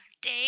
Day